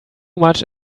much